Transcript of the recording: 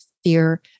fear